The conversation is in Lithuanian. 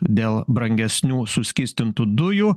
dėl brangesnių suskystintų dujų